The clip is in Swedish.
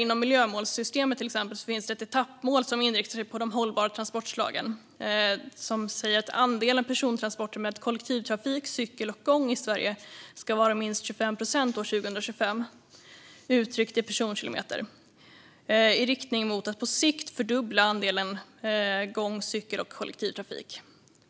Till exempel finns det inom miljömålssystemet ett etappmål som inriktar sig på de hållbara transportslagen: "Andelen persontransporter med kollektivtrafik, cykel och gång i Sverige ska vara minst 25 procent år 2025, uttryckt i personkilometer, i riktning mot att på sikt fördubbla andelen för gång, cykel och kollektivtrafik."